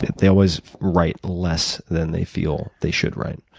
they always write less than they feel they should write.